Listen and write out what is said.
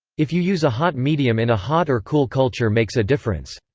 if you use a hot medium in a hot or cool culture makes a difference.